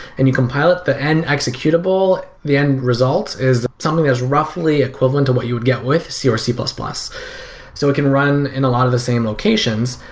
and you compile it, the end executable, the end results is something as roughly equivalent to what you would get with c or c plus plus so it can run in a lot of the same locations.